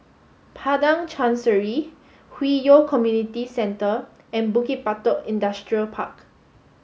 Padang Chancery Hwi Yoh Community Centre and Bukit Batok Industrial Park